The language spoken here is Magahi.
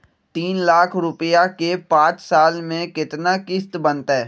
तीन लाख रुपया के पाँच साल के केतना किस्त बनतै?